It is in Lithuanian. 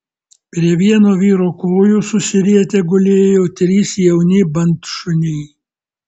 prie vieno vyro kojų susirietę gulėjo trys jauni bandšuniai